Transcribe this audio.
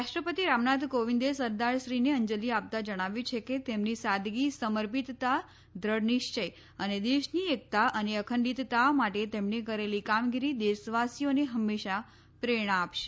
રાષ્નપતિ રામનાથ કોવિંદે સરદારશ્રીને અંજલી આપતા જણાવ્યું છે કે તેમની સાદગી સમર્પિતતા દૃઢનિશ્ચય અને દેશની એકતા અને અખંડીતતા માટે તેમણે કરેલી કામગીરી દેશવાસીઓને હંમેશા પ્રેરણા આપશે